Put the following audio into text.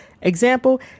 Example